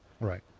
Right